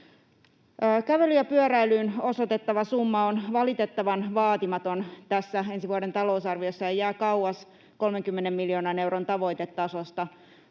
Kävelyyn ja pyöräilyyn osoitettava summa on valitettavan vaatimaton tässä ensi vuoden talousarviossa ja jää kauas 30 miljoonan euron tavoitetasosta.